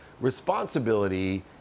Responsibility